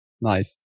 Nice